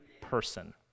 person